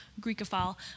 Greekophile